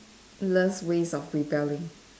love ways of rebelling